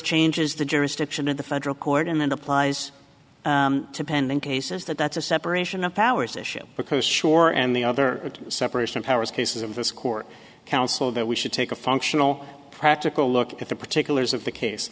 changes the jurisdiction of the federal court and applies to pending cases that that's a separation of powers issue because sure and the other separation of powers cases of this court counsel that we should take a functional practical look at the particulars of the case